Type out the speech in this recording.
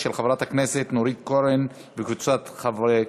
של חברת הכנסת נורית קורן וקבוצת חברי כנסת.